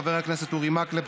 חבר הכנסת אורי מקלב,